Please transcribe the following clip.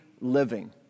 living